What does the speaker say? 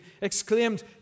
exclaimed